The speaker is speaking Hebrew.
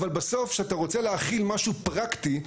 אבל בסוף כשאתה רוצה להחיל משהו פרקטי,